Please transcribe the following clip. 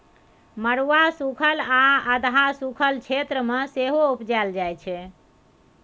मरुआ सुखल आ अधहा सुखल क्षेत्र मे सेहो उपजाएल जाइ छै